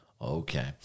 Okay